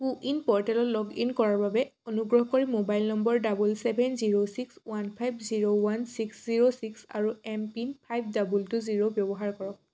কো win প'ৰ্টেলত log in কৰাৰ বাবে অনুগ্ৰহ কৰি mobile number double seven zero six one five zero one six zero six আৰু M PIN five double two zero ব্যৱহাৰ কৰক